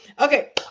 Okay